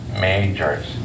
majors